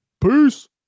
Peace